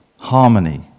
harmony